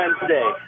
Wednesday